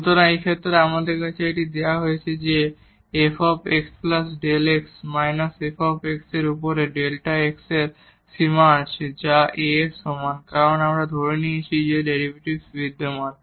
সুতরাং এই ক্ষেত্রে আমাদের কাছে এটি এখানে দেওয়া হয়েছে f xΔ x −f এর উপরে Δx এর সীমা আছে যা A এর সমান কারণ আমরা ধরে নিয়েছি যে ডেরিভেটিভ বিদ্যমান